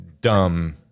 dumb